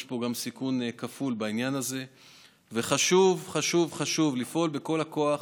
יש פה גם סיכון כפול בעניין הזה וחשוב חשוב חשוב לפעול בכל הכוח